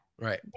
Right